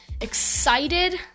excited